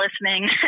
listening